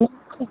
नमस्ते